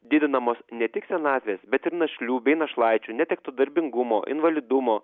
didinamos ne tik senatvės bet ir našlių bei našlaičių netekto darbingumo invalidumo